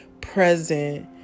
present